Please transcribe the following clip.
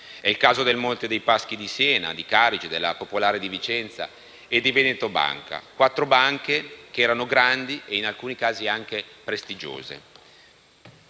È il caso del Monte dei Paschi di Siena, della Carige, della Popolare di Vicenza e di Veneto Banca, quattro banche che erano grandi e in alcuni casi prestigiose.